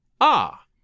Ah